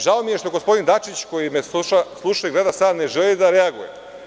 Žao mi je što gospodin Dačić, koji me sluša i gleda sada, ne želi da reaguje.